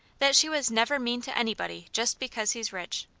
that she was never mean to anybody just because he's rich.